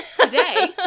today